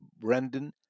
Brendan